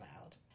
loud